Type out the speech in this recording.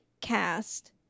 cast